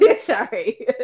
sorry